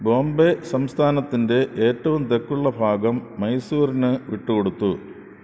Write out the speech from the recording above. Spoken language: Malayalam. ബോംബെ സംസ്ഥാനത്തിന്റെ ഏറ്റവും തെക്കുള്ള ഭാഗം മൈസൂറിനു വിട്ടുകൊടുത്തു